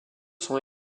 sont